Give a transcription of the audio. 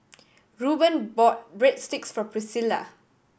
Ruben bought Breadsticks for Priscilla